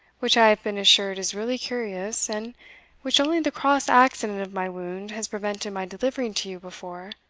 which i have been assured is really curious, and which only the cross accident of my wound has prevented my delivering to you before?